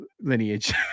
Lineage